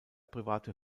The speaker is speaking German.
private